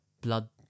blood